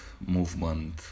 movement